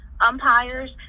umpires